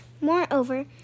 Moreover